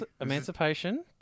Emancipation